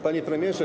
Panie Premierze!